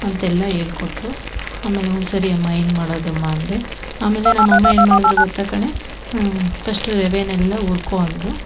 ಅಂತೆಲ್ಲ ಹೇಳ್ಕೊಟ್ರು ಆಮೇಲೆ ಹ್ಞೂ ಸರಿಯಮ್ಮ ಹೆಂಗ್ ಮಾಡೋದಮ್ಮ ಅಂದೆ ಆಮೇಲೆ ನಮ್ಮ ಅಮ್ಮ ಏನ್ಮಾಡಿದ್ರು ಗೊತ್ತ ಕಣೆ ಪಸ್ಟು ರವೆನೆಲ್ಲ ಹುರ್ಕೋ ಅಂದರು